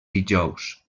dijous